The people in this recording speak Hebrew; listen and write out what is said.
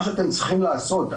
מה שאתם צריכים לעשות,